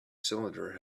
cylinder